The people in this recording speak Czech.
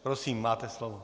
Prosím, máte slovo.